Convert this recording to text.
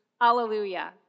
Hallelujah